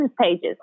pages